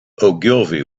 ogilvy